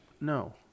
No